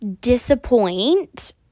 disappoint